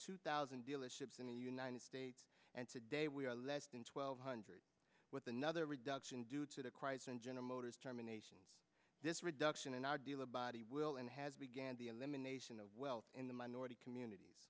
two thousand dealerships in the united states and today we are less than twelve hundred with another reduction due to the crisis and general motors terminations this reduction in our dealer body will and has began the elimination of well in the minority communit